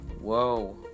Whoa